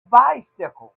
bicycles